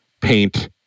paint